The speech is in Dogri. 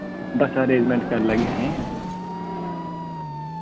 बस्से दा अरेंज़मेंट करी लैगे अस